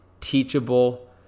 teachable